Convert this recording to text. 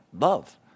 love